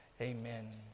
Amen